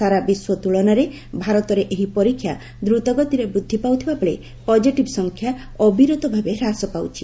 ସାରା ବିଶ୍ୱ ତ୍କଳନାରେ ଭାରତରେ ଏହି ପରୀକ୍ଷା ଦ୍ରତଗତିରେ ବୃଦ୍ଧି ପାଉଥିବା ବେଳେ ପଜିଟିଭ୍ ସଂଖ୍ୟା ଅବିରତ ଭାବେ ହ୍ରାସ ପାଉଛି